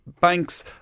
banks